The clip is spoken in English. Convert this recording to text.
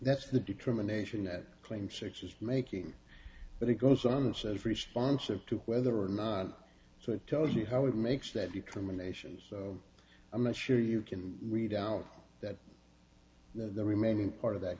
that's the determination that claim six is making but it goes on the set of responses to whether or not to tell you how it makes that determination i'm not sure you can weed out that the remaining part of that